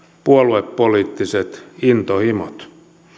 puoluepoliittiset intohimot